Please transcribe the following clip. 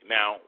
Now